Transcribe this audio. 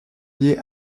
lié